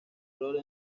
rol